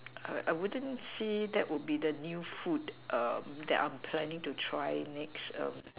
I I wouldn't say that will be the new food um that I am planning to try next um